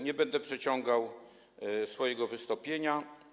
Nie będę przeciągał swojego wystąpienia.